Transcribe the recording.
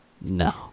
No